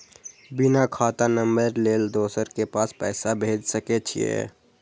बिना खाता नंबर लेल दोसर के पास पैसा भेज सके छीए?